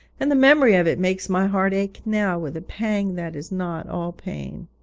and the memory of it makes my heart ache now with a pang that is not all pain.